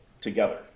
together